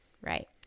Right